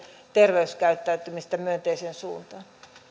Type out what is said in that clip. terveyskäyttäytymistä myönteiseen suuntaan